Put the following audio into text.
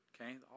Okay